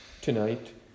tonight